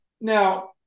Now